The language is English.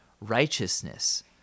righteousness